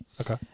Okay